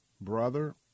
brother